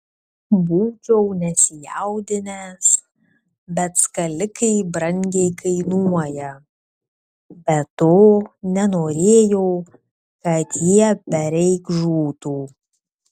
būčiau nesijaudinęs bet skalikai brangiai kainuoja be to nenorėjau kad jie bereik žūtų